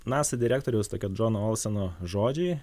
nasa direktoriaus tokio džono olseno žodžiai